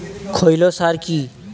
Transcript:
খৈল সার কি?